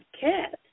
cat